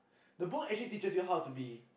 the book actually teaches you how to be